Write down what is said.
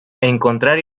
encontrar